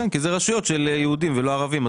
כי הן רשויות של יהודים ולא של ערבים,